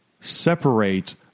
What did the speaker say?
separate